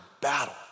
battle